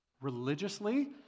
Religiously